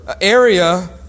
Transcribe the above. area